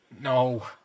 No